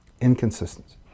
Inconsistency